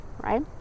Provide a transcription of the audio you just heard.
right